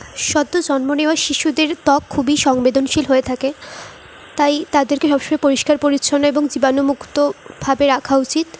সদ্য জন্ম নেওয়া শিশুদের ত্বক খুবই সংবেদনশীল হয়ে থাকে তাই তাদেরকে সবসময় পরিষ্কার পরিচ্ছন্ন এবং জীবাণুমুক্তভাবে রাখা উচিত